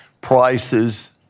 prices